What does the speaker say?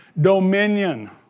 dominion